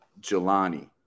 Jelani